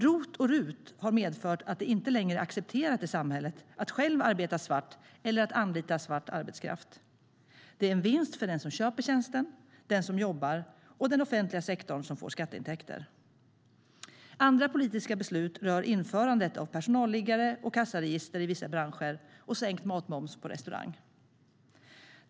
ROT och RUT har medfört att det inte längre är accepterat i samhället att själv arbeta svart eller att anlita svart arbetskraft. Det är en vinst för den som köper tjänsten, den som jobbar och den offentliga sektorn, som får skatteintäkter. Andra politiska beslut rör införandet av personalliggare och kassaregister i vissa branscher och sänkt matmoms på restaurang.